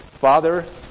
Father